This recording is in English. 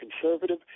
conservative